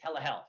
telehealth